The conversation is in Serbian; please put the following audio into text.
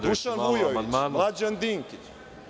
Dušan Vujović, Mlađan Dinkić.